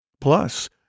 Plus